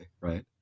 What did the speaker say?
Right